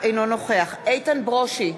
אינו נוכח איתן ברושי,